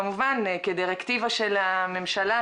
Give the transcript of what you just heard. כמובן כדירקטיבה של הממשלה,